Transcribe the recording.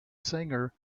singer